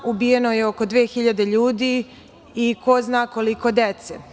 Ubijeno je oko 2.000 ljudi i ko zna koliko dece.